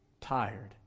tired